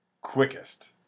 quickest